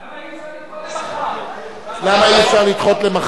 למה אי-אפשר לדחות למחר?